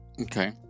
Okay